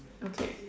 okay